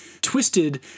twisted